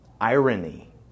irony